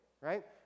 right